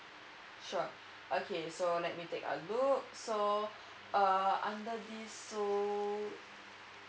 sure okay so let me take a look so uh under this so